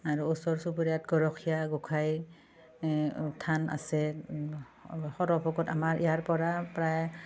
আৰু ওচৰ চুবুৰীয়াত গৰখীয়া গোঁসাই থান আছে সৰভোগত আমাৰ ইয়াৰ পৰা প্ৰায়